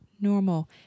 normal